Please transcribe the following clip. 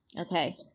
okay